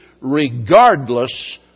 regardless